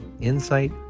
insight